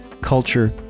culture